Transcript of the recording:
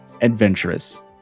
adventurous